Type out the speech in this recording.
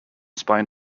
spine